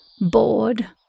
bored